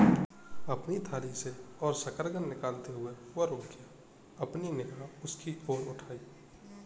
अपनी थाली से और शकरकंद निकालते हुए, वह रुक गया, अपनी निगाह उसकी ओर उठाई